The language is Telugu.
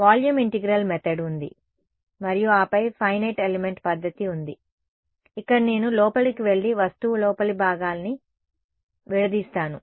వాల్యూమ్ ఇంటిగ్రల్ మెథడ్ ఉంది మరియు ఆపై ఫినైట్ ఎలిమెంట్ పద్ధతి ఉంది ఇక్కడ నేను లోపలికి వెళ్లి వస్తువు లోపలి భాగాన్ని విడదీస్తాను